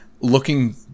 looking